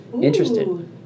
interested